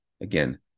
again